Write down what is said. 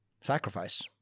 sacrifice